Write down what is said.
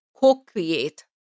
co-create